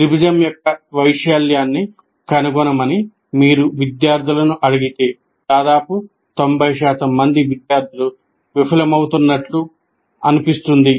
త్రిభుజం యొక్క వైశాల్యాన్ని కనుగొనమని మీరు విద్యార్థులను అడిగితే దాదాపు 90 శాతం మంది విద్యార్థులు విఫలమవుతున్నట్లు అనిపిస్తుంది